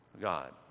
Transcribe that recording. God